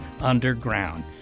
underground